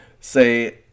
say